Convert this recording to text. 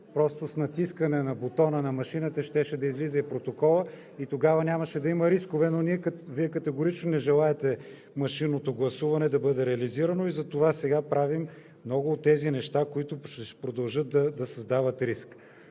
просто с натискане на бутона на машината щеше да излиза протоколът и тогава нямаше да има рискове, но Вие категорично не желаете машинното гласуване да бъде реализирано. Затова сега правим много от тези неща, които ще продължат да създават риск.